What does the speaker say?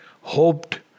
hoped